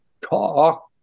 talk